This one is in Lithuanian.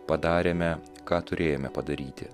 padarėme ką turėjome padaryti